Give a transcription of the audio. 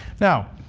now,